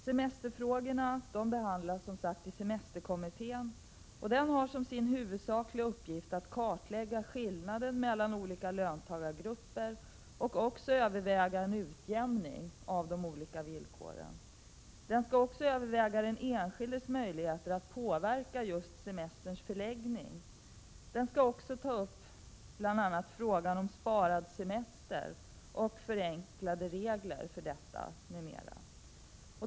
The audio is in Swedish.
Semesterfrågorna behandlas i semesterkommittén, som har som sin huvudsakliga uppgift att kartlägga skillnaden mellan olika löntagargrupper och överväga en utjämning av de olika villkoren. Den skall vidare överväga den enskildes möjligheter att påverka just semesterns förläggning. Den skall också ta upp bl.a. frågan om sparad semester och förenklade regler för detta m.m.